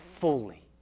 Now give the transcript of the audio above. fully